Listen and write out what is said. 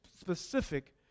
specific